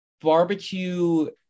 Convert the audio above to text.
Barbecue